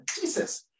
Jesus